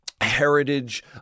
heritage